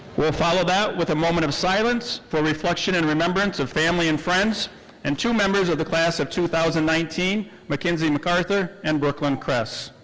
we'll follow that with a moment of silence for reflection and remembrance of family and friends and two members of the class of two thousand and nineteen, mackenzie mcarthur and brooklyn kress.